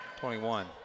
21